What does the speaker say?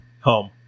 Home